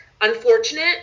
unfortunate